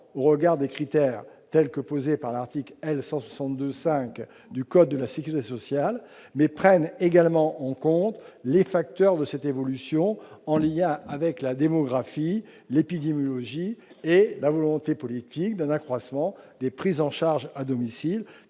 au regard des critères posés par l'article L. 162-5 du code de la sécurité sociale, mais prenne également en compte les facteurs de cette évolution, en lien avec la démographie, l'épidémiologie et la volonté politique d'un accroissement des prises en charge à domicile,